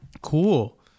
cool